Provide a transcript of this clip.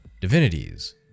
divinities